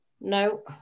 No